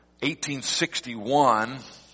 1861